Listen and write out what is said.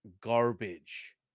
garbage